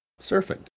surfing